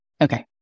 Okay